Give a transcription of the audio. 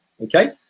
Okay